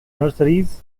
nurseries